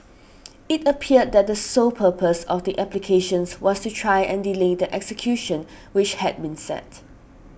it appeared that the sole purpose of the applications was to try and delay the execution which had been set